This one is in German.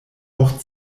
auch